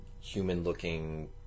human-looking